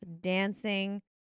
dancing